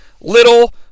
little